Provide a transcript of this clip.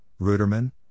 Ruderman